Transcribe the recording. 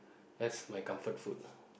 that's my comfort food